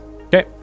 Okay